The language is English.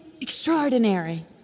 extraordinary